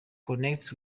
connects